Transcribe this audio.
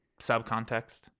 subcontext